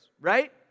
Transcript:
right